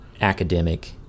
academic